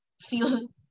feel